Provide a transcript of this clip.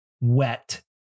Wet